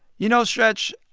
you know, stretch,